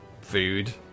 food